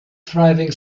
thriving